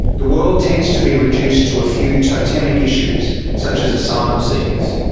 the world tends to be reduced to a few totemic issues, such as asylum seekers.